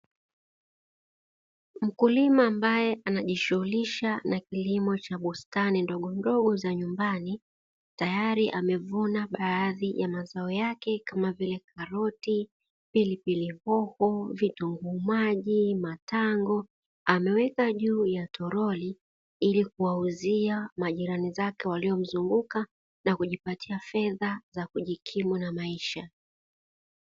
Mkulima ambaye anajishughulisha na kilimo cha bustani ndogondogo za nyumbani, tayari amevuna baadhi ya mazao yake, kama vile: karoti, pilipili hoho, vitunguu maji, matango, ameweka juu ya toroli ili kuwauzia majirani zake waliomzunguka na kujapatia fedha za kujikimu na maisha.